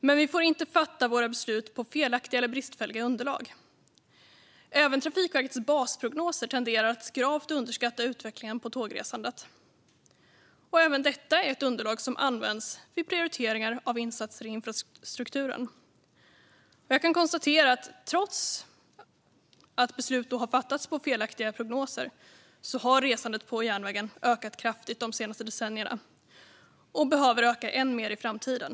Men vi får inte fatta våra beslut på felaktiga eller bristfälliga underlag. Även Trafikverkets basprognoser tenderar att gravt underskatta utvecklingen när det gäller tågresandet. Även detta är ett underlag som används vid prioriteringar av insatser i infrastrukturen. Jag kan konstatera att trots att beslut har fattats utifrån felaktiga prognoser har resandet på järnvägen ökat kraftigt de senaste decennierna, och det behöver öka ännu mer i framtiden.